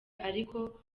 ariko